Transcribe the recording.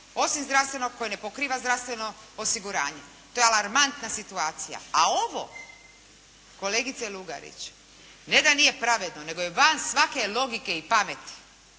osim zdravstvenog koji ne pokriva zdravstveno osiguranje. To je alarmantna situacija, a ovo kolegice Lugarić ne da nije pravedno, nego je van svake logike i pameti